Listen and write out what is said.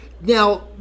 Now